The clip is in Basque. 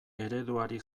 ereduari